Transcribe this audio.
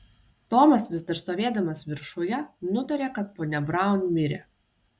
tomas vis dar stovėdamas viršuje nutarė kad ponia braun mirė